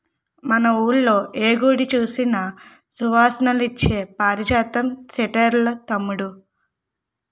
మన వూళ్ళో ఏ గుడి సూసినా సువాసనలిచ్చే పారిజాతం సెట్లేరా తమ్ముడూ